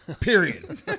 Period